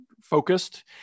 focused